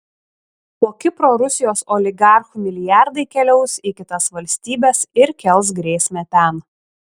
po kipro rusijos oligarchų milijardai keliaus į kitas valstybes ir kels grėsmę ten